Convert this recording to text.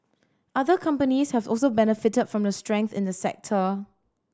other companies have also benefited from the strength in the sector